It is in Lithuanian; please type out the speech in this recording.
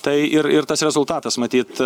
tai ir ir tas rezultatas matyt